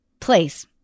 place